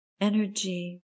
energy